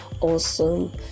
awesome